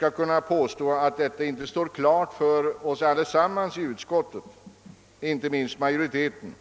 kan påstå annat än att detta står klart för majoriteten och alla övri ga i utskottet.